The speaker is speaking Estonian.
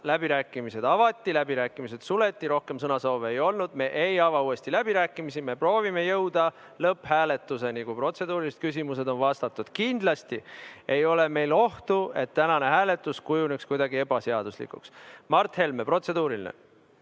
Läbirääkimised avati, läbirääkimised suleti, rohkem sõnasoove ei olnud. Me ei ava uuesti läbirääkimisi, me proovime jõuda lõpphääletuseni, kui protseduurilised küsimused on vastatud. Kindlasti ei ole meil ohtu, et tänane hääletus kujuneks kuidagi ebaseaduslikuks. Mart Helme, protseduuriline